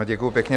Děkuji pěkně.